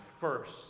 first